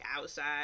outside